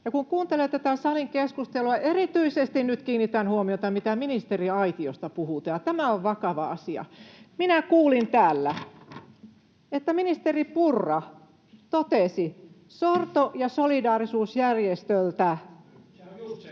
Kun kuuntelee tätä salin keskustelua — ja erityisesti nyt kiinnitän huomiota siihen, mitä ministeriaitiosta puhutaan, ja tämä on vakava asia — minä kuulin täällä, että ministeri Purra totesi ”sorto- ja solidaarisuusjärjestöltä”.